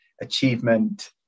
achievement